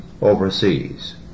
overseas